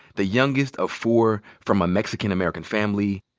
the youngest of four from a mexican american family.